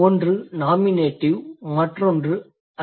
ஒன்று nominative மற்றொன்று accusative